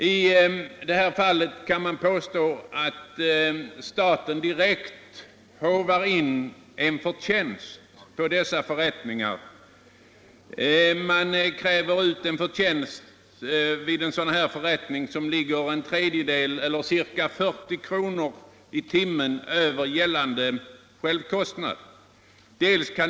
Jag vill påstå att staten på sådana förrättningar håvar in en direkt förtjänst. Man tillämpar nämligen en taxa vid sådana förrättningar som ligger en tredjedel eller ca 40 kr. över gällande självkostnad.